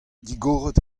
digoret